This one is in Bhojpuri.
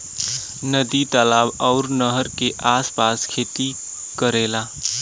नदी तालाब आउर नहर के आस पास खेती करेला